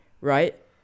right